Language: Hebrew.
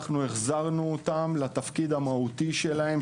אנחנו החזרנו אותם לתפקיד המהותי שלהם,